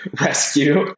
rescue